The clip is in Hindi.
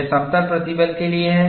यह समतल प्रतिबल के लिए है